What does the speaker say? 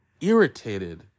irritated